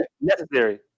necessary